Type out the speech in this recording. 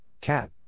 Cat